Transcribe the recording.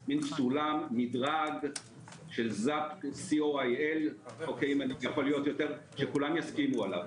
based עם מדרג של ZAP.CO.IL שכולם יסכימו עליו.